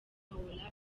paola